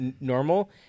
normal